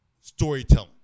storytelling